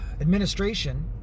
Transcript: administration